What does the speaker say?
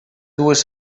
dues